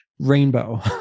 Rainbow